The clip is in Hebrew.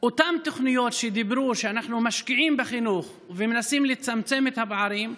אותן תוכניות שאמרו: אנחנו משקיעים בחינוך ומנסים לצמצם את הפערים,